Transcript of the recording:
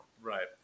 Right